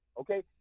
okay